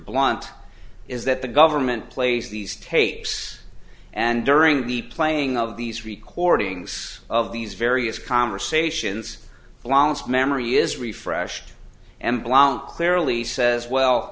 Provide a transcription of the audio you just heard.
blunt is that the government plays these tapes and during the playing of these recordings of these various conversations blonds memory is refreshed and blount clearly says well